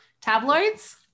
tabloids